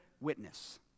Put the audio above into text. witness